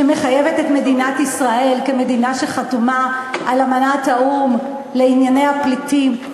שמחייבת את מדינת ישראל כמדינה שחתומה על אמנת האו"ם לענייני פליטים,